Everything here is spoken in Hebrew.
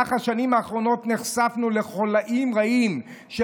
במהלך השנים האחרונות נחשפנו לחוליים רעים של